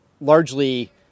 largely